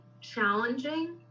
challenging